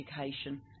education